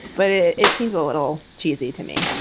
but it it seems a little cheesy to me.